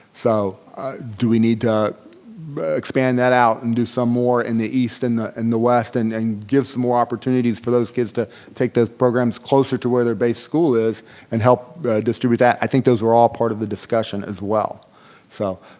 so do we need to expand that out and do some more in the east and the and the west and and give more opportunities for those kids to take those programs closer to where their base school is and help distribute that? i think those were all part of the discussion as well so.